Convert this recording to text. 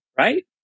right